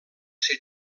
ser